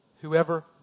whoever